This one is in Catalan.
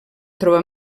trobar